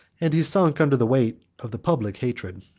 and he sunk under the weight of the public hatred.